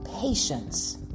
patience